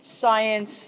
science